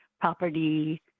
property